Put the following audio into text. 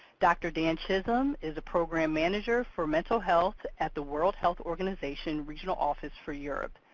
dr. dan chisholm is a programme manager for mental health at the world health organization regional office for europe.